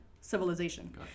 civilization